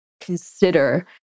consider